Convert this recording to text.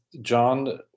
John